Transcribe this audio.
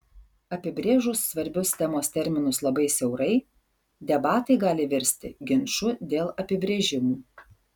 apibrėžus svarbius temos terminus labai siaurai debatai gali virsti ginču dėl apibrėžimų